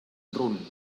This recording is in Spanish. run